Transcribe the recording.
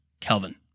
Kelvin